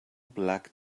black